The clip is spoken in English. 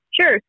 Sure